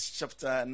chapter